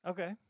Okay